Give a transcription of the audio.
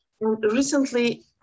Recently